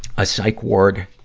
a psych ward,